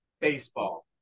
baseball